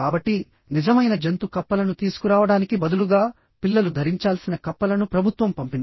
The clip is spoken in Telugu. కాబట్టి నిజమైన జంతు కప్పలను తీసుకురావడానికి బదులుగా పిల్లలు ధరించాల్సిన కప్పలను ప్రభుత్వం పంపింది